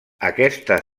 aquesta